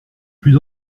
plus